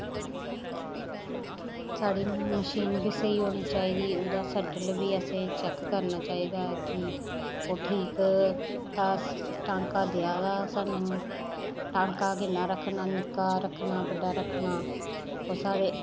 साढ़ी मशीन बी स्हेई होनी चाहिदी ओह्दा सेडल बी असें चैक करना चाहिदा कि ओह ठीक टांका देआ दा ना सानूं टांका किन्ना रखना निक्का रखना बड्डा रखना ओह् साढ़े